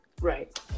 Right